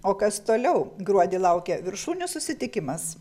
o kas toliau gruodį laukia viršūnių susitikimas